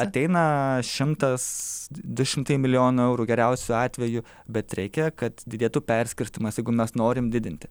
ateina šimtas du šimtai milijonų eurų geriausiu atveju bet reikia kad didėtų perskirstymas jeigu mes norim didinti